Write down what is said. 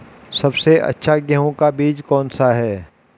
सबसे अच्छा गेहूँ का बीज कौन सा है?